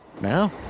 Now